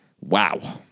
Wow